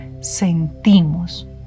sentimos